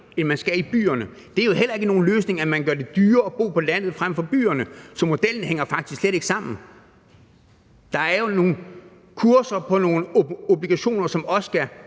end man skal i byerne. Det er jo heller ikke nogen løsning, at man gør det dyrere at bo på landet frem for i byerne, så modellen hænger faktisk slet ikke sammen. Der er jo nogle kurser på nogle obligationer, i forhold til